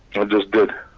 i just did.